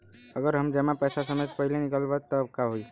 अगर हम जमा पैसा समय से पहिले निकालब त का होई?